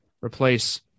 replace